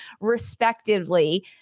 respectively